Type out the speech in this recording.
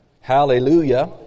Hallelujah